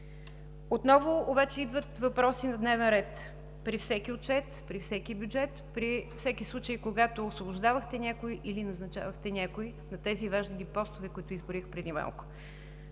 Отново обаче идват въпроси на дневен ред при всеки отчет, при всеки бюджет, при всеки случай, когато освобождавахте някой или назначавахте някой на тези важни постове, които изброих преди малко.